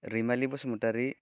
Raimali Basumatary